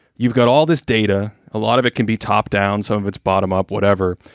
you've got all this data. a lot of it can be top down, some of its bottom up, whatever.